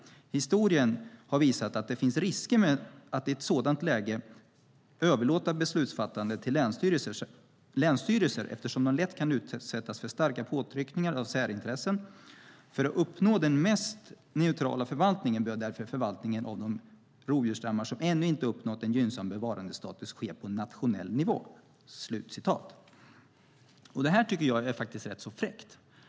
Historien har visat att det finns risker med att i sådana lägen överlåta beslutsfattande till länsstyrelser eftersom de lätt kan utsättas för starka påtryckningar av särintressen. För att uppnå den mest neutrala förvaltningen bör därför förvaltningen av de rovdjursstammar som ännu inte har uppnått en gynnsam bevarandestatus ske på nationell nivå." Detta tycker jag är rätt fräckt.